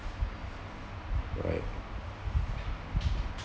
right